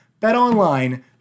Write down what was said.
BetOnline